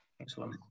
Excellent